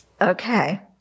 Okay